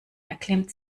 erklimmt